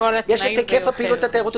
היקף הפעילות התיירותית.